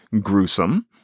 gruesome